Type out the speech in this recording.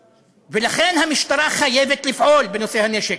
ולכן, המשטרה חייבת לפעול בנושא הנשק,